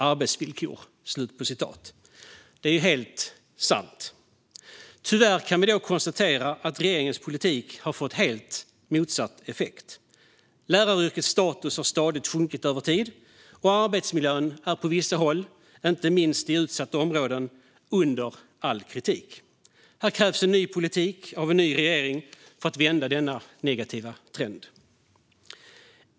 arbetsvillkor." Detta är helt sant. Tyvärr kan vi konstatera att regeringens politik har fått helt motsatt effekt. Läraryrkets status har stadigt sjunkit över tid, och arbetsmiljön är på vissa håll, inte minst i utsatta områden, under all kritik. Här krävs en ny politik av en ny regering för att vända den negativa trenden.